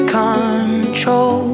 control